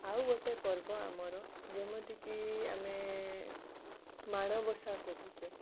ଆଉ ଗୋଟେ ପର୍ବ ଆମର ଯେମିତିକି ଆମେ ମାଣବସା କହୁଛେ